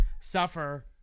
suffer